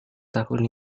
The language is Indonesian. tahun